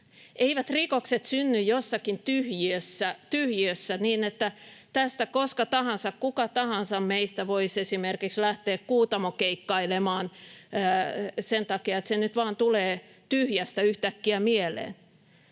Eivät rikokset synny jossakin tyhjiössä niin, että tästä koska tahansa kuka tahansa meistä voisi esimerkiksi lähteä kuutamokeikkailemaan sen takia, että se nyt vaan tulee tyhjästä yhtäkkiä mieleen.